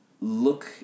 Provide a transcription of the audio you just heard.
look